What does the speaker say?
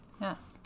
yes